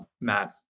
Matt